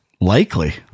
Likely